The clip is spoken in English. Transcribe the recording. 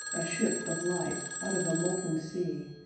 a ship of light, out of a molten sea,